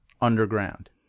underground